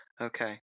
Okay